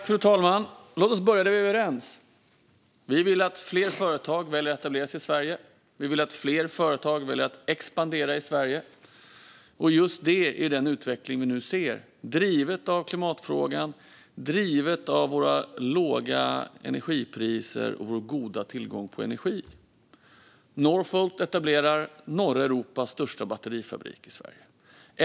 Fru talman! Låt mig börja där Lars Hjälmered och jag är överens. Vi vill att fler företag väljer att etablera sig i Sverige och att fler företag väljer att expandera i Sverige. Just den utvecklingen ser vi nu, driven av klimatfrågan, våra låga energipriser och vår goda tillgång på energi. Northvolt etablerar norra Europas största batterifabrik i Sverige.